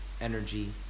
energy